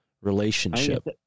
relationship